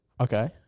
Okay